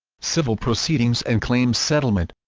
civil proceedings and claims settlement